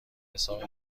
حساب